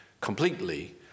completely